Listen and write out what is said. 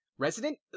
Resident